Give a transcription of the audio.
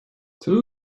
two